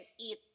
eat